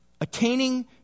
attaining